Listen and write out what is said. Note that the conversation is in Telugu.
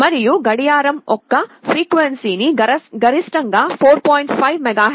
మరియు గడియారం యొక్క ఫ్రీక్వెన్సీ గరిష్టంగా 4